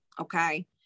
okay